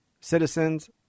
citizens